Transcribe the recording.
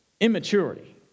immaturity